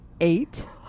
Eight